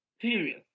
Period